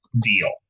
deal